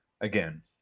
again